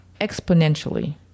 exponentially